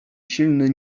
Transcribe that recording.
silny